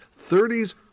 30s